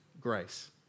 Grace